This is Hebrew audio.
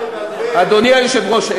אדוני היושב-ראש,